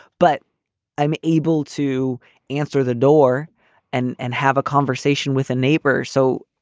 but i'm able to answer the door and and have a conversation with a neighbor. so,